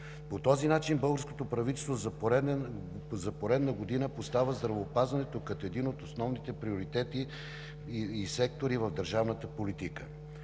По този начин българското правителство за поредна година поставя здравеопазването като един от основните приоритети и сектори в държавната политика.